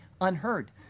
unheard